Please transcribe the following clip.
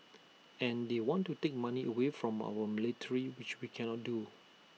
and they want to take money away from our military which we cannot do